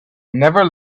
never